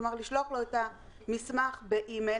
כלומר לשלוח לו את המסמך באימייל,